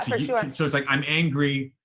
for sure. so it's like i'm angry.